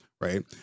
right